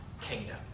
kingdom